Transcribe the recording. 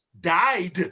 died